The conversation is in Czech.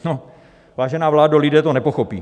No, vážená vládo, lidé to nepochopí.